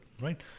right